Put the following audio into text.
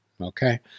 okay